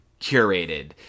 curated